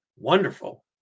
wonderful